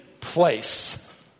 place